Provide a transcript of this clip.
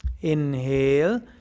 Inhale